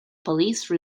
police